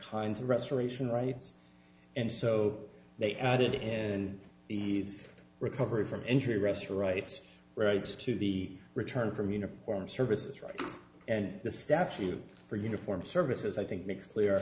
kinds of restoration rights and so they added in the recovery from injury rest rights rights to the return from uniformed services and the statute for uniform services i think makes clear